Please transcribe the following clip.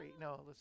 No